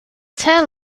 tent